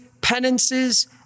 penances